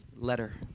Letter